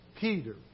Peter